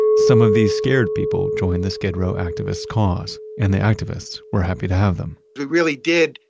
some of these scared people joined the skid row activists cause and the activists were happy to have them we really did,